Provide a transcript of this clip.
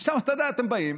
אתה יודע, עכשיו אתם באים,